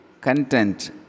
content